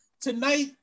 tonight